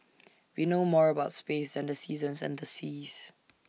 we know more about space than the seasons and the seas